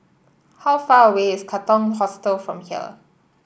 how far away is Katong Hostel from here